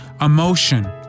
emotion